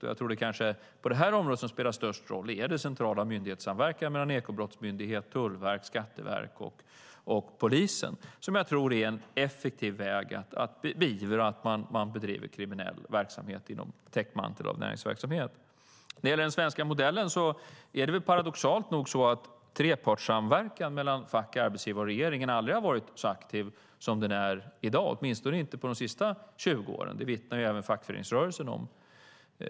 Det jag tror spelar störst roll på det här området är den centrala myndighetssamverkan som finns mellan Ekobrottsmyndigheten, Tullverket, Skatteverket och polisen. Jag tror att det är en effektiv väg att beivra att kriminell verksamhet bedrivs under täckmantel av näringsverksamhet. När det gäller den svenska modellen är det paradoxalt nog så att trepartssamverkan mellan fack, arbetsgivare och regering aldrig har varit så aktiv som den är i dag, åtminstone inte på de senaste 20 åren. Det vittnar även fackföreningsrörelsen om.